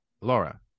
Laura